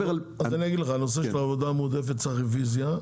הנושא של עבודה מועדפת צריך רוויזיה.